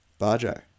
Bajo